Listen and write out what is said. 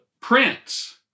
Prince